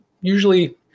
usually